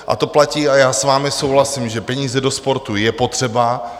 A to platí a já s vámi souhlasím, že peníze do sportu je potřeba...